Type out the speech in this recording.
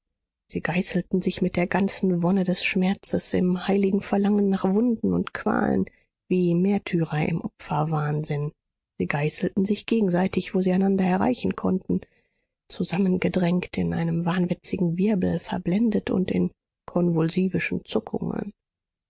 sie geißelten sich mit der ganzen wonne des schmerzes im heiligen verlangen nach wunden und qualen wie märtyrer im opferwahnsinn sie geißelten sich gegenseitig wo sie einander erreichen konnten zusammengedrängt in einem wahnwitzigen wirbel verblendet und in konvulsivischen zuckungen